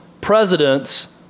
Presidents